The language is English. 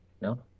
No